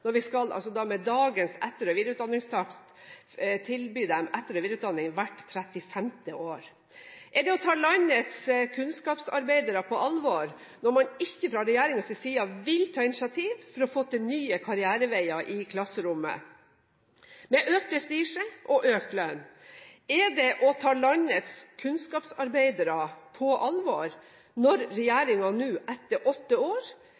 når vi med dagens etter- og videreutdanningstakt skal tilby dem etter- og videreutdanning hvert 35. år. Er det å ta landets kunnskapsarbeidere på alvor når man ikke fra regjeringens side vil ta initiativ for å få til nye karriereveier – med økt prestisje og økt lønn – i klasserommet? Er det å ta landets kunnskapsarbeidere på alvor når regjeringen nå etter åtte år